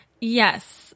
Yes